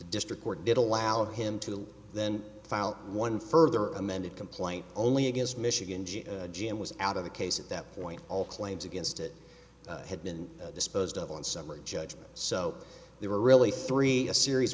district court did allow him to then file one further amended complaint only against michigan ga ga and was out of the case at that point all claims against it had been disposed of on summary judgment so they were really three series